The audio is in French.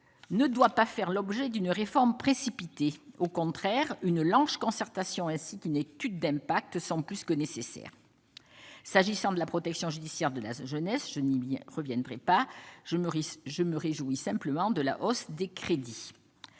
ne doit pas faire l'objet d'une réforme précipitée au contraire une large concertation, ainsi qu'une étude d'impact sont plus que nécessaire, s'agissant de la protection judiciaire de la jeunesse, je nie bien reviennent prépa je me risque je me réjouis, simplement de la hausse des crédits,